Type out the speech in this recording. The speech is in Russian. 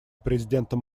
президентом